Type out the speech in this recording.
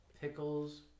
pickles